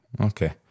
okay